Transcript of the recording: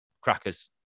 crackers